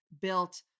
built